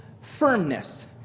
firmness